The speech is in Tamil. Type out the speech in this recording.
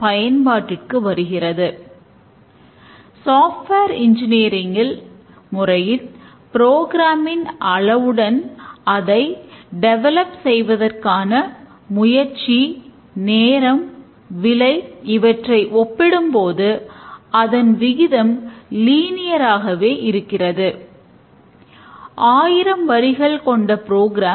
செயல்பாட்டுகளை டீகம்போஸ் வரைபடமாக மாற்றுவதற்காக கட்டமைப்பு வடிவத்தைப் பார்ப்போம்